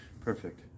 Perfect